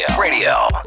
Radio